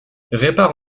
répare